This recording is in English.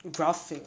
graphic